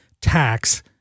tax